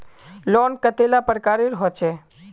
Loan कतेला प्रकारेर होचे?